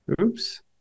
Oops